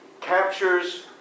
captures